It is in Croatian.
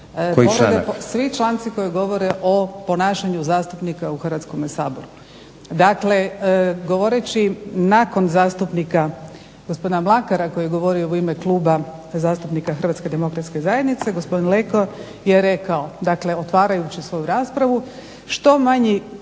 Svi članci koji govore o ponašanju zastupnika u Hrvatskome saboru. Dakle, govoreći nakon zastupnika gospodina Mlakara koji je govorio u ime Kluba zastupnika Hrvatske demokratske zajednice gospodin Leko je rekao, dakle otvarajući svoju rasparvu "što manji